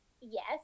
Yes